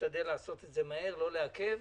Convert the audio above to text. נעשה את זה מהר, לא נעכב,